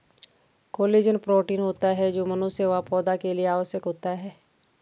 collagen protein होता है जो मनुष्य व पौधा के लिए आवश्यक होता है